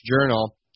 journal